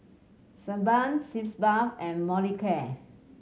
Sebamed Sitz Bath and Molicare